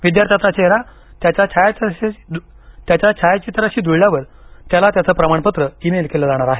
विद्यार्थ्याचा चेहरा त्याच्या छायाचित्राशी जुळल्यावर त्याला त्याचे प्रमाणपत्र ईमेल केलं जाणार आहे